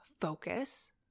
focus